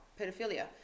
pedophilia